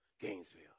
Gainesville